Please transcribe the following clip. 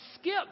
skip